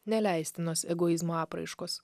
neleistinos egoizmo apraiškos